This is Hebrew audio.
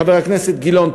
חבר הכנסת גילאון,